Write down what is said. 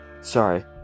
Sorry